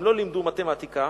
הם לא לימדו מתמטיקה,